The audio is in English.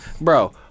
bro